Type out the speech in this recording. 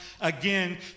again